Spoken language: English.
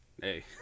Hey